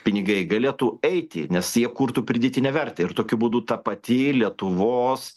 pinigai galėtų eiti nes jie kurtų pridėtinę vertę ir tokiu būdu ta pati lietuvos